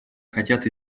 хотят